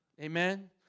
Amen